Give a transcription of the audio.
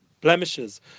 blemishes